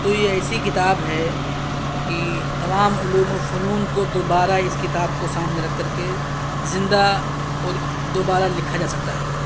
تو یہ ایسی کتاب ہے کہ تمام علوم و فنون کو دوبارہ اِس کتاب کو سامنے رکھ کر کے زندہ اور دوبارہ لکھا جا سکتا ہے